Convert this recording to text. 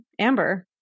Amber